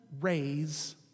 raise